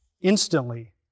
instantly